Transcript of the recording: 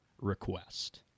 request